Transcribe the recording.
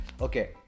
Okay